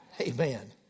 Amen